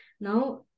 Now